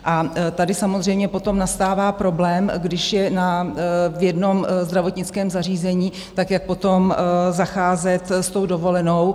A tady samozřejmě potom nastává problém, když je v jednom zdravotnickém zařízení, tak jak potom zacházet s tou dovolenou?